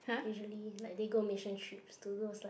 usually like they go mission trips to those like